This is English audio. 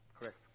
correct